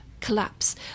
collapse